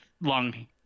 long